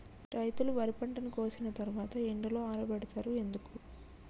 రైతులు వరి పంటను కోసిన తర్వాత ఎండలో ఆరబెడుతరు ఎందుకు?